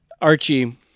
Archie